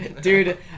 Dude